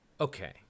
okay